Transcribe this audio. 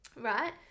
right